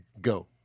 Go